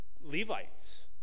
Levites